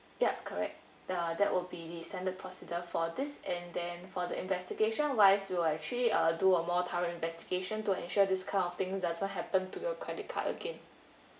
yup correct the uh that will be standard procedure for this and then for the investigation wise we will actually uh do a more thorough investigation to ensure this kind of thing does not happen to your credit card again